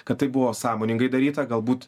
kad tai buvo sąmoningai daryta galbūt